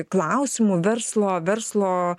klausimu verslo verslo